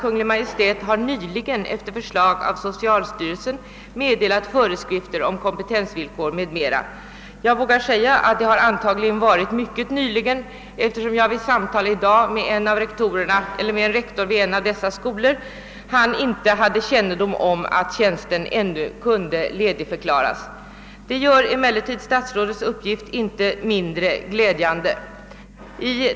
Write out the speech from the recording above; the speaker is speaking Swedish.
Maj:t har nyligen efter förslag av socialstyrelsen meddelat föreskrifter om kompetensvillkor m.m. ———.» Jag vågar säga att detta antagligen skett mycket nyligen, eftersom rektor vid en av dessa skolor vid samtal med mig i dag förklarade att han inte hade kännedom om att tjänsterna kunde ledigförklaras. Detta gör emellertid inte statsrådets besked mindre glädjande.